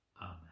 Amen